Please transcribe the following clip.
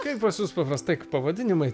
kaip pas jus paprastai pavadinimai